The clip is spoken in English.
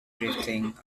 drifting